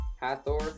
Hathor